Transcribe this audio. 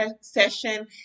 session